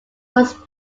was